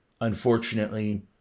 unfortunately